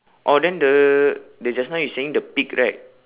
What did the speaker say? oh then the the just now you saying the pig right